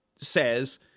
says